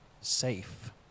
safe